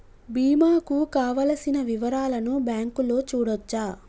బీమా కు కావలసిన వివరాలను బ్యాంకులో చూడొచ్చా?